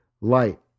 light